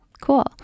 Cool